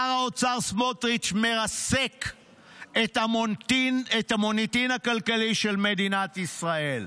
שר האוצר סמוטריץ' מרסק את המוניטין הכלכלי של מדינת ישראל.